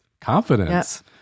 confidence